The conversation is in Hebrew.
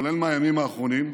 כולל מהימים האחרונים,